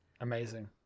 Amazing